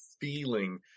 feeling